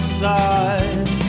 side